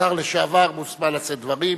השר לשעבר, מוזמן לשאת דברים.